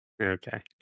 okay